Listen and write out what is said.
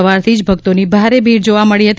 સવારથી જ ભક્તોની ભારે ભીડ જોવા મળી હતી